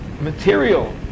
material